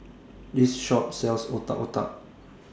This Shop sells Otak Otak